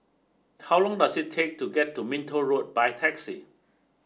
how long does it take to get to Minto Road by taxi